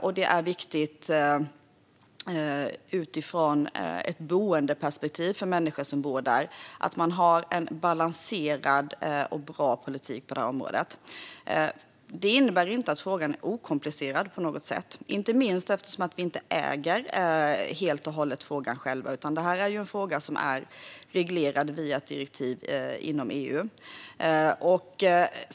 Och det är viktigt utifrån ett boendeperspektiv - det är viktigt för människor som bor där att man har en balanserad och bra politik på detta område. Det innebär inte på något sätt att frågan är okomplicerad. Vi äger inte frågan helt och hållet själva, utan det är en fråga som är reglerad via ett direktiv inom EU.